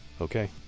okay